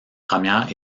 première